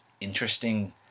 interesting